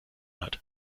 hat